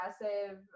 aggressive